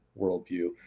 worldview